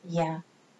ya